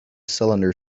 cylinder